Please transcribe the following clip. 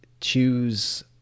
choose